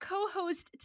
co-host